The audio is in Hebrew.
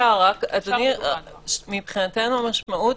מבחינתנו, המשמעות,